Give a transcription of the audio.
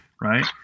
right